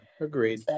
agreed